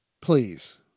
Please